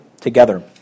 together